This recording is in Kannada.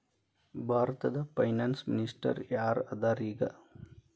ಭಾರತದ ಫೈನಾನ್ಸ್ ಮಿನಿಸ್ಟರ್ ಯಾರ್ ಅದರ ಈಗ?